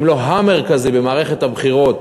אם לא המרכזי, במערכת הבחירות,